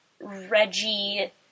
Reggie